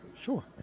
Sure